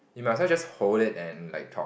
you might as well just hold it and like talk